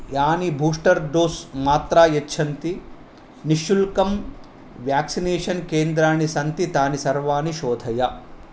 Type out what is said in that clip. यानि booster dose मात्रां यच्छन्ति निश्शुल्कं व्याक्सिनेशन् केन्द्राणि सन्ति तानि सर्वाणि शोधय